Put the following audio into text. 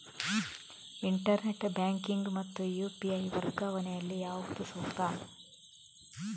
Internet banking ಮತ್ತು UPI ವರ್ಗಾವಣೆ ಯಲ್ಲಿ ಯಾವುದು ಸೂಕ್ತ?